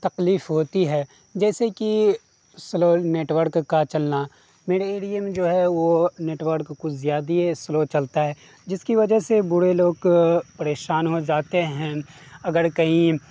تکلیف ہوتی ہے جیسے کہ سلو نیٹورک کا چلنا میرے ایریے میں جو ہے وہ نیٹورک کچھ زیادہ ہی سلو چلتا ہے جس کی وجہ سے بوڑھے لوگ پریشان ہو جاتے ہیں اگر کہیں